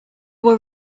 were